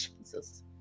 Jesus